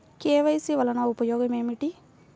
KYC వలన ఉపయోగం ఏమిటీ?